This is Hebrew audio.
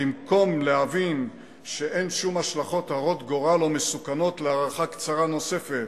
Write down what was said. במקום להבין שאין שום השלכות הרות גורל או מסוכנות להארכה קצרה נוספת